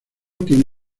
tiene